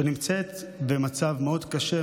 שנמצאת במצב מאוד קשה.